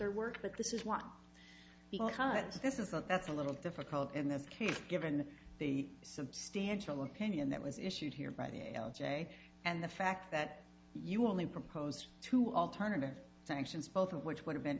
their work but this is what because this is not that's a little difficult in that case given the substantial opinion that was issued here by the a l j and the fact that you only proposed to alternative sanctions both of which would have been